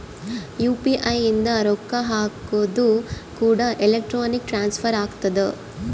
UPI ಇಂದ ರೊಕ್ಕ ಹಕೋದು ಕೂಡ ಎಲೆಕ್ಟ್ರಾನಿಕ್ ಟ್ರಾನ್ಸ್ಫರ್ ಆಗ್ತದ